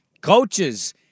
coaches